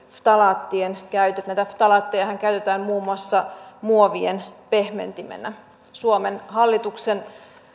ftalaattien käytön näitä ftalaattejahan käytetään muun muassa muovien pehmentimenä suomen hallituksen